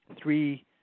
three